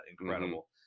incredible